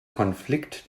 konflikt